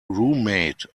roommate